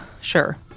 Sure